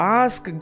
ask